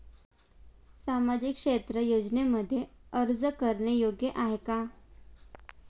सामाजिक क्षेत्र योजनांमध्ये अर्ज करणे योग्य आहे का?